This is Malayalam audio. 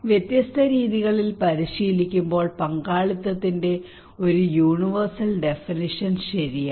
വ്യത്യസ്ത രീതികളിൽ പരിശീലിക്കുമ്പോൾ പങ്കാളിത്തത്തിന്റെ ഒരു യൂണിവേഴ്സൽ ഡെഫിനിഷൻ ശരിയാണ്